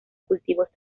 cultivos